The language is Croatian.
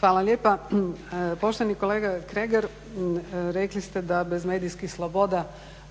Hvala lijepa. Poštovani kolega Kregar, rekli ste da bez medijskih sloboda